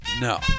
No